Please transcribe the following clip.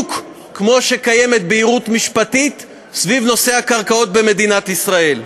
בדיוק כפי שקיימת בהירות משפטית סביב נושא הקרקעות במדינת ישראל.